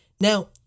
Now